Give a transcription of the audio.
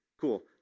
Cool